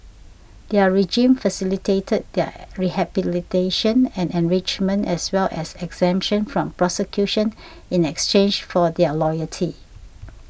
their regime facilitated their rehabilitation and enrichment as well as exemption from prosecution in exchange for their loyalty